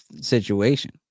situation